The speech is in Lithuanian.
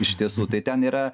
iš tiesų tai ten yra